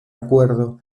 acuerdo